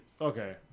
Okay